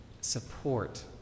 support